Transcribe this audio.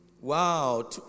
Wow